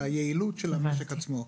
ליעילות של המשק עצמו.